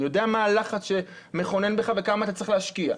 אני יודע מה הלחץ שמתחולל בך וכמה אתה צריך להשקיע.